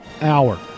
Hour